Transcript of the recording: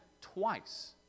twice